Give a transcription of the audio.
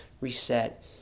reset